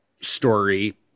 story